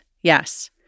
Yes